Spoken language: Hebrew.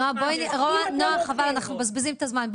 נעה, חבל, אנחנו מבזבזים את הזמן.